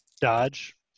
dodge